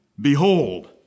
Behold